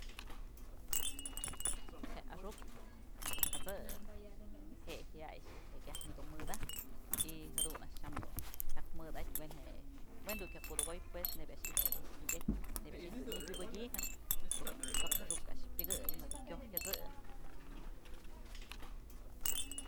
Je'e axukë mëdë jët'së je'e jyay a'ax i'ijtyë jekyajtyë nyëkë mëdajpyë y jadun a'ax tyam dun jyak mëdatyë we'en je'e kya kudukoy pues nëbyë a'ax dun i'ijtyë jukyatyën neyb a'ax i'ijtyë jedun nyakubëkyëjën ko'o bi'i t'saps axu'uk a'ax pyëkëy mëdë je'e kyoy jët'së.